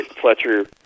fletcher